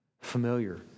familiar